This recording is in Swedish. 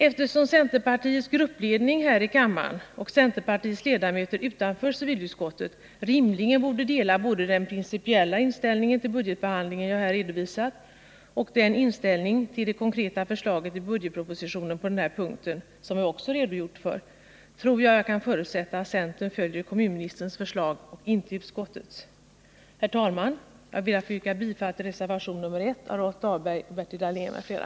Eftersom centerpartiets gruppledning här i kammaren och centerpartiets ledamöter utanför civilutskottet rimligen borde dela både den principiella inställning till budgetbehandlingen jag här redovisat och inställningen till det konkreta förslaget i budgetpropositionen på denna punkt, som jag också redogjort för, tror jag att jag kan förutsätta att centern följer kommunministerns förslag och inte utskottets. Herr talman! Jag ber att få yrka bifall till reservation nr 1 av Rolf Dahlberg m.fl.